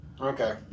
Okay